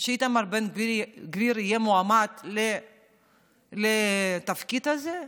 שאיתמר בן גביר יהיה מועמד לתפקיד הזה?